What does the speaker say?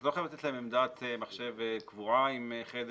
אתה לא חייב לתת להם עמדת מחשב קבועה עם חדר.